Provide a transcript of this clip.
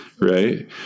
right